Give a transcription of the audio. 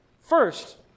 First